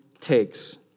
takes